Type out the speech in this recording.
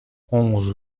onze